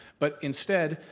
but instead,